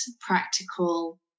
practical